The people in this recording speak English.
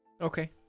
Okay